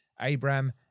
Abraham